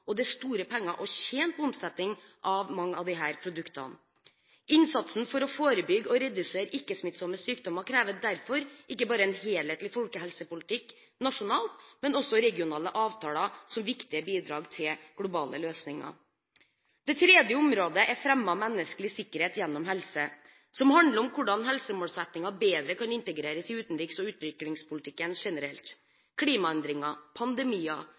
og det er store penger å tjene på omsetning av mange av disse produktene. Innsatsen for å forebygge og redusere forekomsten av ikke-smittsomme sykdommer krever derfor ikke bare en helhetlig folkehelsepolitikk nasjonalt, men også regionale avtaler som viktige bidrag til globale løsninger. Det tredje området er fremme av menneskelig sikkerhet gjennom helse, som handler om hvordan helsemålsettinger bedre kan integreres i utenriks- og utviklingspolitikken generelt. Klimaendringer,